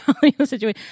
situation